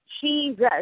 Jesus